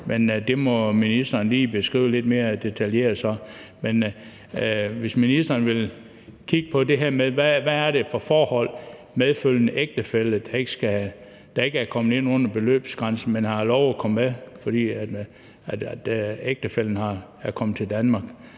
det må ministeren så lige beskrive lidt mere detaljeret. Jeg vil høre, om ministeren vil kigge på det med, hvad det er for nogle lønforhold og økonomiske forhold, medfølgende ægtefælle, der ikke er kommet ind under beløbsgrænsen, men har lov at komme med, fordi ægtefællen er kommet til Danmark,